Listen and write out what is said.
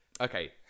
Okay